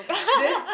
then